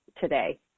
today